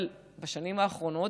אבל בשנים האחרונות,